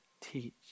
teach